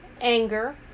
anger